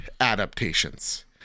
adaptations